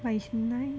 but it's nice